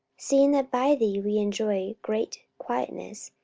seeing that by thee we enjoy great quietness,